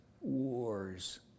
wars